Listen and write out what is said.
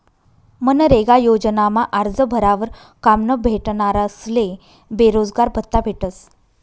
मनरेगा योजनामा आरजं भरावर काम न भेटनारस्ले बेरोजगारभत्त्ता भेटस